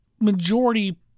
majority